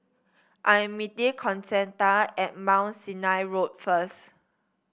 I am meeting Concetta at Mount Sinai Road first